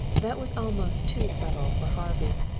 that was almost too subtle for harvey.